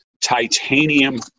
titanium